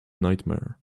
nightmare